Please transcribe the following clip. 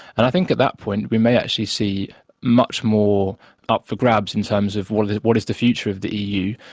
and i think at that point we may actually see much more up for grabs in terms of what what is the future of the eu,